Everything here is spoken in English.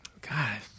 God